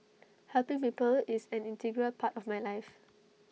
helping people is an integral part of my life